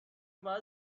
باید